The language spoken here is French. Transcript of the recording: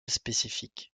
spécifique